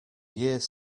years